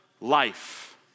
life